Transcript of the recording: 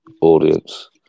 audience